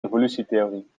evolutietheorie